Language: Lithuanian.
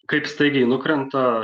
kaip staigiai nukrenta